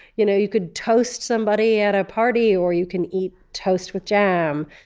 you know, you could toast somebody at a party or you can eat toast with jam!